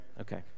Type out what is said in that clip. Okay